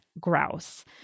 grouse